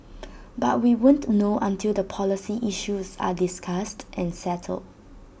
but we won't know until the policy issues are discussed and settled